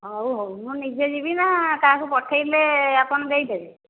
ହଉ ହଉ ମୁଁ ନିଜେ ଯିବି ନା କାହାକୁ ପଠାଇଲେ ଆପଣ ଦେଇଦେବେ